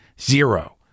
Zero